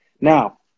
Now